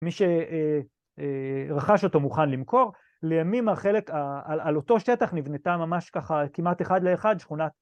מי שרכש אותו מוכן למכור, לימים החלק, על אותו שטח נבנתה ממש ככה כמעט אחד לאחד שכונת...